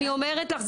אני אומרת לך,